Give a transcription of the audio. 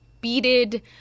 beaded